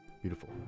Beautiful